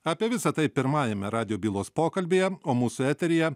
apie visa tai pirmajame radijo bylos pokalbyje o mūsų eteryje